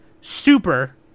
Super